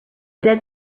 dead